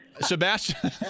Sebastian